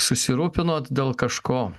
susirūpinot dėl kažko